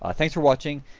ah thanks for watching,